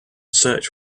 search